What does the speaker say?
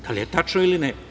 Da li je tačno ili ne?